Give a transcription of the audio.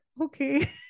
okay